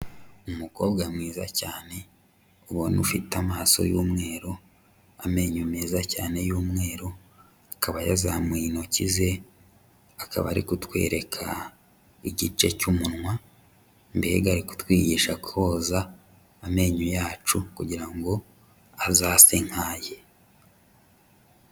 Umukobwa mwiza cyane, ubona ufite amaso y'umweru, amenyo meza cyane y'umweru, akaba yazamuye intoki ze, akaba ari kutwereka igice cy'umunwa, mbega ari kutwigisha koza amenyo yacu kugira ngo azase nk'aye.